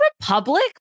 republic